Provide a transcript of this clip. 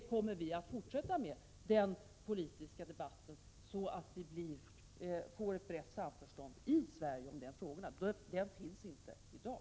Vi kommer att fortsätta den politiska debatten tills det blir ett brett samförstånd i Sverige kring dessa frågor. Ett sådant finns inte i dag.